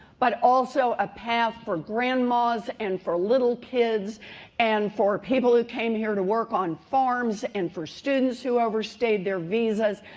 but also a path for grandmas and for little kids and for people who came here to work on farms and for students who overstayed their visas.